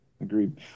Agreed